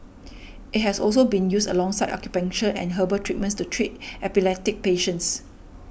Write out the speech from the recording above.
it has also been used alongside acupuncture and herbal treatments to treat epileptic patients